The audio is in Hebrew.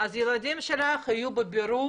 אז הילדים שלך בבירור,